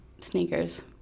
Sneakers